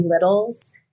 littles